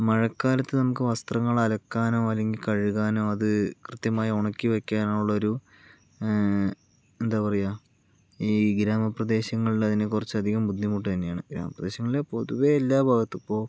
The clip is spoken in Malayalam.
മഴക്കാലത്ത് നമുക്ക് വസ്ത്രങ്ങൾ അലക്കാനോ അല്ലെങ്കിൽ കഴുകാനോ അത് കൃത്യമായി ഉണക്കി വെക്കാനോ ഉള്ളൊരു എന്താ പറയാ ഈ ഗ്രാമ പ്രദേശങ്ങളിൽ അതിന് കുറച്ച് അധികം ബുദ്ധിമുട്ട് തന്നെയാണ് ഗ്രാമപ്രദേശങ്ങളിൽ പൊതുവേ എല്ലാ ഭാഗത്തും ഇപ്പോൾ